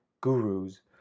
gurus